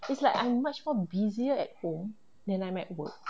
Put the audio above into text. it's like I'm much more busier at home than I'm at work